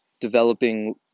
developing